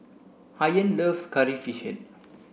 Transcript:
Ayaan loves curry fish head